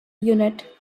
unit